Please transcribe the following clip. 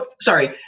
sorry